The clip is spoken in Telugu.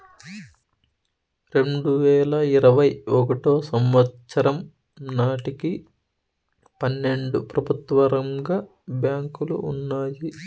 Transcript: రెండువేల ఇరవై ఒకటో సంవచ్చరం నాటికి పన్నెండు ప్రభుత్వ రంగ బ్యాంకులు ఉన్నాయి